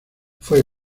fue